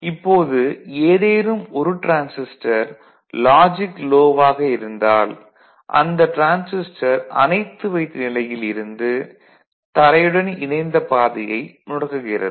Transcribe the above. இப்போது ஏதேனும் ஒரு டிரான்சிஸ்டர் லாஜிக் லோ வாக இருந்தால் அந்த டிரான்சிஸ்டர் அணைத்து வைத்த நிலையில் இருந்து தரையுடன் இணைந்த பாதையை முடக்குகிறது